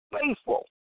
faithful